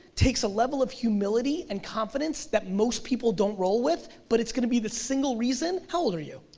takes a level of humility and confidence that most people don't roll with, but it's gonna be the single reason, how old are you?